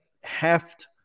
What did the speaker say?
heft